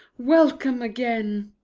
welcome, again!